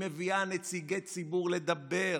היא מביאה נציגי ציבור לדבר.